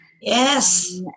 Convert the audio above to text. Yes